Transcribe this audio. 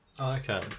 Okay